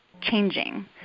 changing